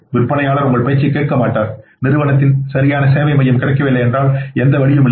விற்பனையாளர் உங்கள் பேச்சைக் கேட்க மாட்டார் நிறுவனத்தின் சரியான சேவை மையம் கிடைக்கவில்லை மற்றும் எந்த வழியும் இல்லை